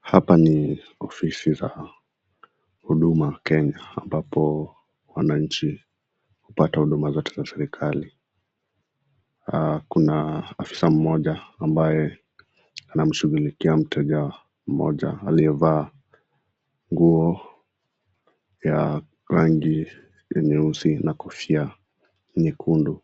Hapa ni ofisi ya huduma Kenya ambapo wananchi hupata huduma katika serkali ya Kenya ambapo wananchikuna hasa moja ambayo anashaghulikia mtu wa serkali kuan hasa moja ambaye anashughulikia mtu moja aliyefaa nguo ya rangi nyeuzi nakofia nyukindu